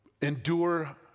endure